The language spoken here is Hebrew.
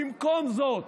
במקום זאת,